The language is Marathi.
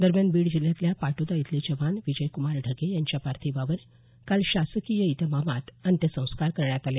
दरम्यान बीड जिल्ह्यातल्या पाटोदा इथले जवान विजय्क्मार ढगे यांच्या पार्थिवावर काल शासकीय इतमामात अंत्यसंस्कार करण्यात आले